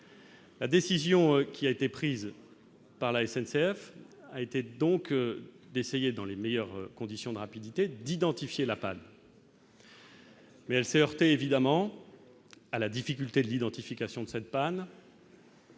La décision qui a été prise par la SNCF, a été donc d'essayer dans les meilleures conditions de rapidité d'identifier la panne. Mais elle s'est heurtée évidemment à la difficulté de l'identification de cette panne.